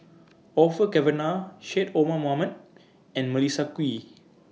Orfeur Cavenagh Syed Omar Mohamed and Melissa Kwee